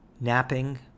napping